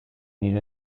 nire